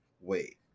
Wait